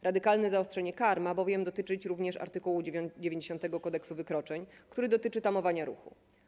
Radykalne zaostrzenie kar ma bowiem dotyczyć również art. 90 kodeksu wykroczeń, który dotyczy tamowania ruchu.